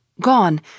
Gone